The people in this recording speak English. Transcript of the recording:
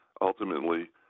Ultimately